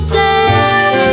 day